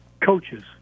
coaches